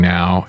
now